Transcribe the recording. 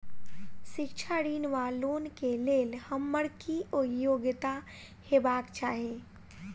शिक्षा ऋण वा लोन केँ लेल हम्मर की योग्यता हेबाक चाहि?